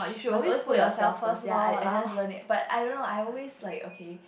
must always put yourself first ya I just learn it but I don't know I always like okay